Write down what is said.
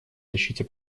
защите